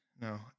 No